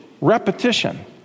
repetition